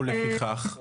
ולפיכך?